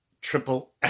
Triple